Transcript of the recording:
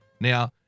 Now